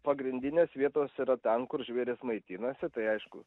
pagrindinės vietos yra ten kur žvėrys maitinasi tai aišku